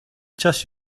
just